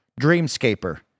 Dreamscaper